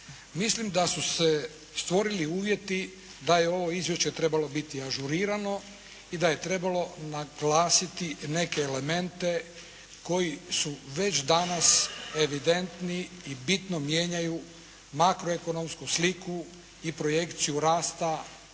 Mislim da su se stvorili uvjeti da je ovo Izvješće trebalo biti ažurirano i da je trebalo naglasiti neke elemente koji su već danas evidentni i bitno mijenjaju makroekonomsku sliku i projekciju rasta